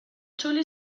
chole